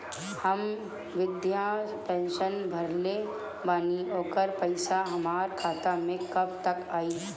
हम विर्धा पैंसैन भरले बानी ओकर पईसा हमार खाता मे कब तक आई?